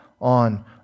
on